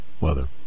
weather